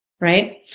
Right